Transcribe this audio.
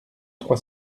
trois